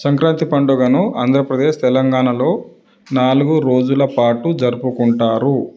సంక్రాంతి పండుగను ఆంధ్రప్రదేశ్ తెలంగాణలో నాలుగు రోజుల పాటు జరుపుకుంటారు